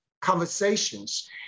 conversations